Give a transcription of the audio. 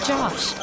Josh